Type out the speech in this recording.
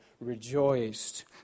rejoiced